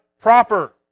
proper